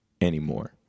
anymore